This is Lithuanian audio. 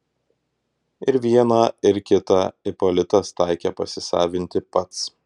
ir vieną ir kitą ipolitas taikė pasisavinti pats